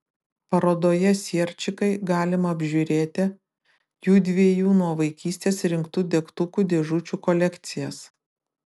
parodoje sierčikai galima apžiūrėti judviejų nuo vaikystės rinktų degtukų dėžučių kolekcijas